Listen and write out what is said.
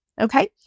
okay